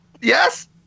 Yes